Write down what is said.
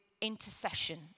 intercession